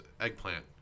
eggplant